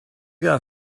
that